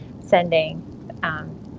sending